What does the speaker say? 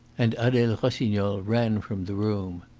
and adele rossignol ran from the room.